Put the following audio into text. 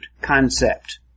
concept